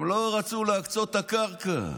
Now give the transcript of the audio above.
הם לא רצו להקצות את הקרקע.